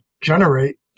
generate